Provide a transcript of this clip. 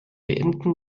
beenden